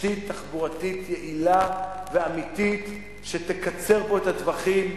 תשתית תחבורתית יעילה ואמיתית שתקצר פה את הטווחים,